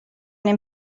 dem